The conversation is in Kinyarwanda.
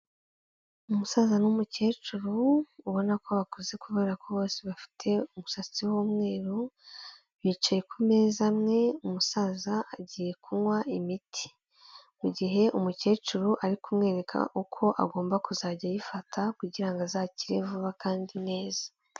Umusaza n'umukecuru ubona ko bakuze kubera ko bose bafite umusatsi w'umweru, bicaye ku meza amwe umusaza agiye kunywa imiti, mu gihe umukecuru ari kumwereka uko agomba kuzajya ayifata kugira ngo azakire vuba kandi neza.